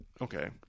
Okay